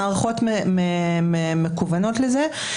המערכות מקוונות לזה.